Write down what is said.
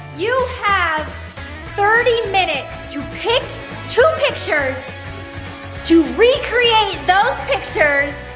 you have thirty minutes to pick two pictures to recreate those pictures,